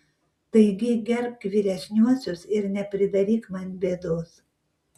taigi gerbk vyresniuosius ir nepridaryk man bėdos